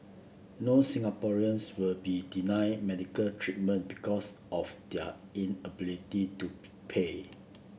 no Singaporeans will be denied medical treatment because of their inability to pay